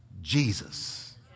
Jesus